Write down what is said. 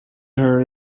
her